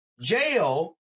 jail